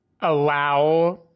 allow